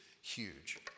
huge